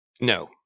No